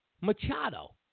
machado